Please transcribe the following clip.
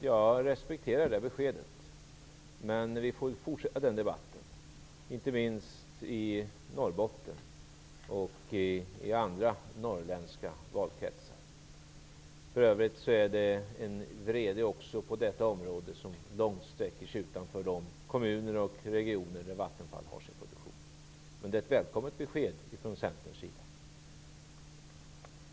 Jag respekterar det beskedet. Men vi får fortsätta den debatten, inte minst i Norrbotten och andra norrländska valkretsar. För övrigt finns det en vrede även inom detta område som sträcker sig långt utanför de kommuner och regioner där Vattenfall har sin produktion. Men det är ett välkommet besked från Centerns sida.